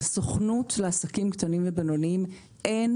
לסוכנות לעסקים קטנים ובינוניים אין